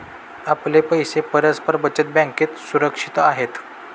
आपले पैसे परस्पर बचत बँकेत सुरक्षित आहेत